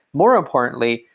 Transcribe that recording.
more importantly,